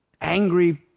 angry